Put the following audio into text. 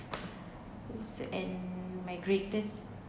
and my greatest